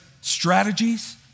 strategies